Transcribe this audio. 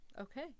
Okay